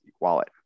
wallet